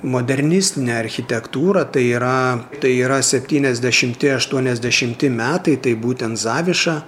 modernistine architektūra tai yra tai yra septyniasdešimti aštuoniasdešimti metai tai būtent zaviša